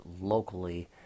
locally